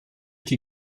die